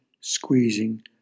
squeezing